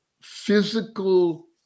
physical